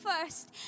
first